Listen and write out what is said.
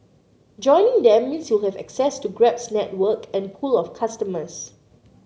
joining them means you'll have access to Grab's network and pool of customers